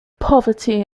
poverty